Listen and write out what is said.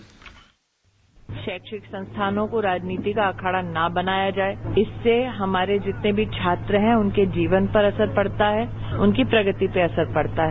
bite शैक्षिक संस्थानों को राजनीति का अखाड़ा न बनाया जाये इससे हमारे जितने भी छात्र हैं उनके जीवन पर असर पड़ता है उनकी प्रगति पर असर पड़ता है